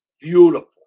beautiful